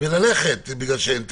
וללכת בגלל שאין תקציב.